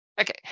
Okay